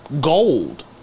gold